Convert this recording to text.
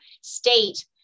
state